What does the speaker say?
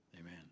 Amen